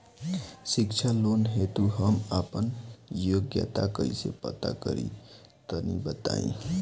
शिक्षा लोन हेतु हम आपन योग्यता कइसे पता करि तनि बताई?